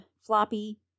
floppy